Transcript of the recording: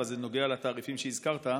אבל זה נוגע לתעריפים שהזכרת.